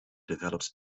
develops